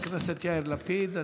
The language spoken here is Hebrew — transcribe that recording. חבר הכנסת יאיר לפיד.